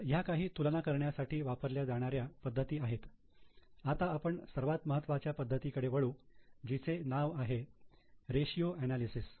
तर ह्या काही तुलना करण्यासाठी वापरल्या जाणाऱ्या पद्धती आहेत आता आपण सर्वात महत्त्वाच्या पद्धती कडे वळू जिचे नाव आहे रेषीयो एनालिसिस